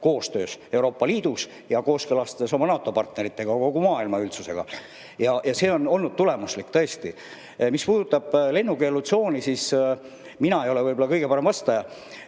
koostöös Euroopa Liidus ning kooskõlastades NATO-partnerite ja kogu maailma üldsusega. See on olnud tulemuslik, tõesti. Mis puudutab lennukeelutsooni, siis mina ei ole võib-olla kõige parem vastaja.